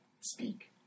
speak